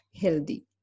healthy